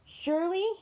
surely